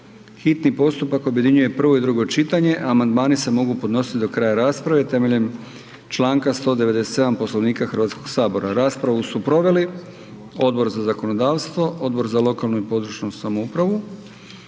hitni postupak objedinjuje prvo i drugo čitanje, a amandmani se mogu podnositi do kraja rasprave, temeljem članka 197. Poslovnika. Raspravu su proveli Odbor za zakonodavstvo, Odbor za lokalnu i područnu samoupravu.